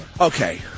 Okay